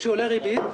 שעולה ריבית,